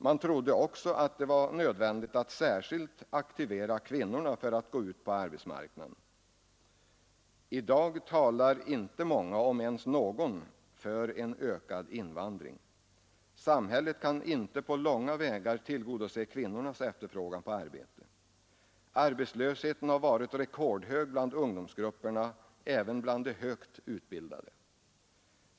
Man trodde också att det var nödvändigt att särskilt aktivera kvinnorna att gå ut på arbetsmarknaden. I dag talar inte många, om ens någon, för ökad invandring. Samhället kan inte på långa vägar tillgodose kvinnornas efterfrågan på arbete. Arbetslösheten har varit rekordhög bland ungdomsgrupperna, även bland de högt utbildade.